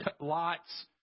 lots